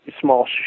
small